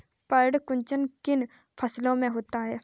पर्ण कुंचन किन फसलों में होता है?